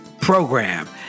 program